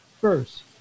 first